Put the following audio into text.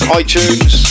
iTunes